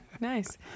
nice